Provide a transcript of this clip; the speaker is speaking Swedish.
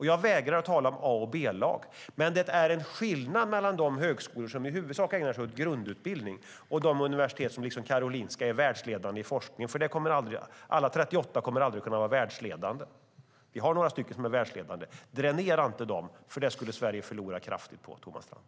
Jag vägrar att tala om A och B-lag. Men det är en skillnad mellan de högskolor som i huvudsak ägnar sig åt grundutbildning och de lärosäten som liksom Karolinska Institutet är världsledande i forskning. Alla 38 kommer aldrig att kunna vara världsledande, men vi har några som är det. Dränera inte dem! Det skulle Sverige förlora kraftigt på, Thomas Strand.